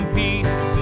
peace